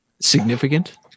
significant